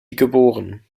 geboren